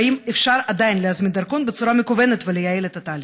5. האם אפשר עדיין להזמין דרכון בצורה מקוונת ולייעל את התהליך?